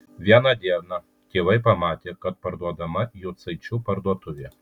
vieną dieną tėvai pamatė kad parduodama jucaičių parduotuvė